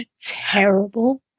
terrible